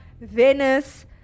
Venice